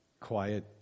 quiet